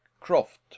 croft